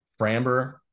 Framber